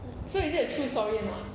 so is it a true story or not